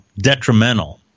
detrimental